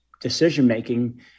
decision-making